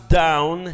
down